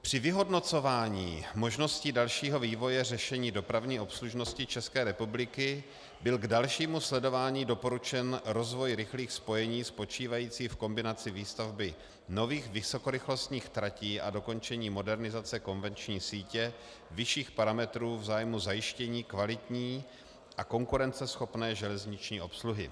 Při vyhodnocování možnosti dalšího vývoje řešení dopravní obslužnosti ČR byl k dalšímu sledování doporučen rozvoj rychlých spojení spočívající v kombinaci výstavby nových vysokorychlostních tratí a dokončení modernizace konvenční sítě vyšších parametrů v zájmu zajištění kvalitní a konkurenceschopné železniční obsluhy.